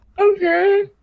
Okay